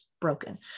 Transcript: broken